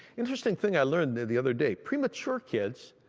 interesting thing i learned the the other day. premature kids,